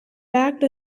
packed